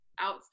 out